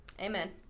amen